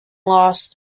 lost